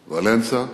ולנסה,